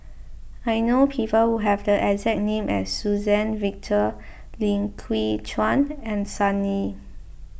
I know people who have the exact name as Suzann Victor Lim Chwee Chian and Sun Yee